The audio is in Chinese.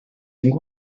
情况